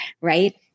Right